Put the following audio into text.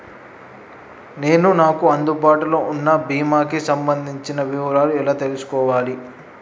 నేను నాకు అందుబాటులో ఉన్న బీమా కి సంబంధించిన వివరాలు ఎలా తెలుసుకోవాలి?